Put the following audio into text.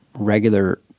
regular